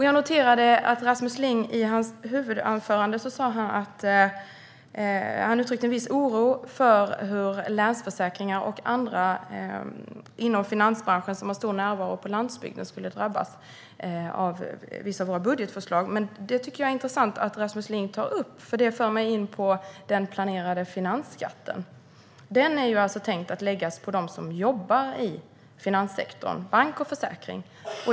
Jag noterade att Rasmus Ling i sitt huvudanförande uttryckte en viss oro för hur Länsförsäkringar och andra inom finansbranschen som har stor närvaro på landsbygden skulle drabbas av vissa av våra budgetförslag. Jag tycker att det är intressant att Rasmus Ling tar upp det, för det för mig in på den planerade finansskatten. Den är alltså tänkt att läggas på dem som jobbar i finanssektorn med bank och försäkring.